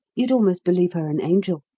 you'd almost believe her an angel.